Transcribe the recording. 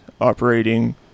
operating